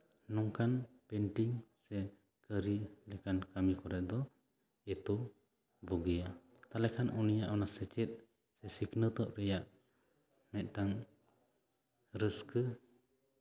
ᱱᱚᱝᱠᱟᱱ ᱯᱮᱱᱴᱤᱝ ᱥᱮ ᱠᱟᱹᱨᱤ ᱞᱮᱠᱟᱱ ᱠᱟᱹᱢᱤ ᱠᱚᱨᱮ ᱫᱚ ᱤᱛᱩ ᱵᱩᱜᱤᱭᱟ ᱛᱟᱦᱞᱮ ᱠᱷᱟᱱ ᱩᱱᱤᱭᱟᱜ ᱚᱱᱟ ᱥᱮᱪᱮᱫ ᱥᱮ ᱥᱤᱠᱷᱱᱟᱹᱛᱚᱜ ᱨᱮᱭᱟᱜ ᱢᱤᱫᱴᱟᱱ ᱨᱟᱹᱥᱠᱟᱹ